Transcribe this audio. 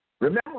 Remember